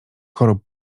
chorób